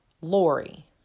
Lori